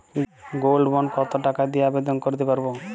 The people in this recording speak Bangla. গোল্ড বন্ড কত টাকা দিয়ে আবেদন করতে পারবো?